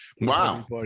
Wow